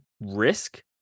risk